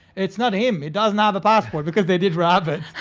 it's not him, he doesn't have a passport because they did rabbit.